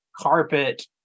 carpet